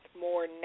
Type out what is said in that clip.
more